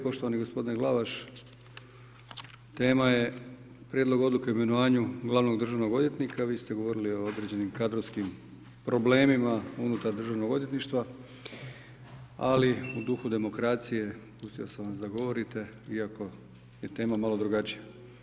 Poštovani gospodine Glavaš, tema je Prijedlog odluke o imenovanju glavnog državnog odvjetnika, vi ste govorili o određenim kadrovskim problemima unutar državnog odvjetništva, ali u duhu demokracije pustio sam vas da govorite iako je tema malo drugačija.